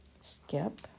Skip